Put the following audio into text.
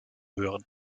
hören